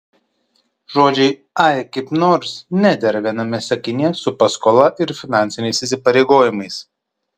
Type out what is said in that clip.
žodžiai ai kaip nors nedera viename sakinyje su paskola ir finansiniais įsipareigojimais